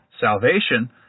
salvation